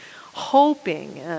hoping